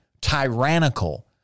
tyrannical